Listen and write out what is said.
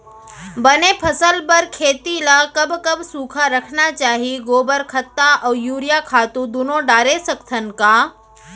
बने फसल बर खेती ल कब कब सूखा रखना चाही, गोबर खत्ता और यूरिया खातू दूनो डारे सकथन का?